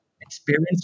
experience